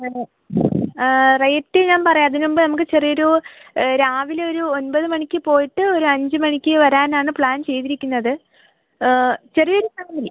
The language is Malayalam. അതെ റേറ്റ് ഞാൻ പറയാം അതിന് മുമ്പ് നമ്മൾക്ക് ചെറിയൊരു രാവിലെ ഒരു ഒൻപത് മണിക്ക് പോയിട്ട് ഒരു അഞ്ച് മണിക്ക് വരാനാണ് പ്ലാൻ ചെയ്തിരിക്കുന്നത് ചെറിയ ഒരു ഫാമിലി